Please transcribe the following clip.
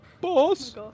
boss